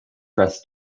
press